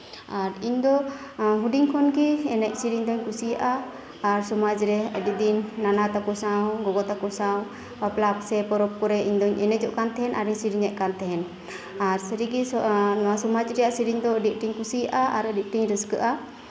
ᱟᱨ ᱤᱧ ᱫᱚ ᱦᱩᱰᱤᱧ ᱠᱷᱚᱱᱜᱮ ᱮᱱᱮᱡ ᱥᱮᱨᱮᱧ ᱫᱩᱧ ᱠᱩᱥᱤᱭᱟᱜᱼᱟ ᱟᱨ ᱥᱚᱢᱟᱡᱽ ᱨᱮ ᱱᱟᱱᱟ ᱛᱟᱠᱚ ᱥᱟᱶ ᱜᱚᱜᱚ ᱛᱟᱠᱚ ᱥᱟᱶ ᱵᱟᱯᱞᱟ ᱥᱮ ᱯᱚᱨᱚᱵᱽ ᱠᱚᱨᱮᱜ ᱤᱧ ᱫᱩᱧ ᱮᱱᱮᱡᱚᱜ ᱠᱟᱱ ᱛᱟᱦᱮᱜ ᱥᱮᱨᱮᱧᱮᱜ ᱠᱟᱱ ᱛᱟᱦᱮᱜ ᱟᱨ ᱥᱟᱹᱨᱤᱜᱮ ᱱᱚᱣᱟ ᱥᱚᱢᱟᱡᱽ ᱨᱮᱭᱟᱜ ᱥᱮᱨᱮᱧ ᱫᱚ ᱟᱹᱰᱤ ᱟᱸᱴ ᱤᱧ ᱠᱩᱥᱤᱭᱟᱜᱼᱟ ᱟᱨ ᱟᱹᱰᱤ ᱟᱸᱴ ᱤᱧ ᱨᱟᱹᱥᱠᱟᱹᱜᱼᱟ